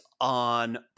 on